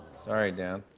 sorry, dan.